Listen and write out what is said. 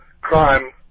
crime